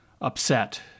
upset